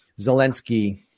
Zelensky